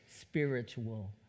spiritual